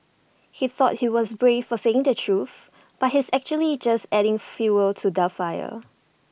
he thought he's brave for saying the truth but he's actually just adding fuel to the fire